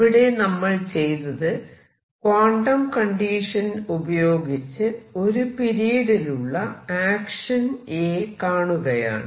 ഇവിടെ നമ്മൾ ചെയ്തത് ക്വാണ്ടം കണ്ടീഷൻ ഉപയോഗിച്ച് ഒരു പീരീഡിലുള്ള ആക്ഷൻ A കാണുകയാണ്